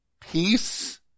peace